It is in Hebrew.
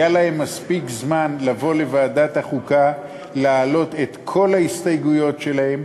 היה להם מספיק זמן לבוא לוועדת החוקה ולהעלות את כל ההסתייגויות שלהם.